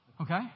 Okay